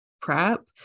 prep